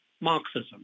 Marxism